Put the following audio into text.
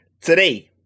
Today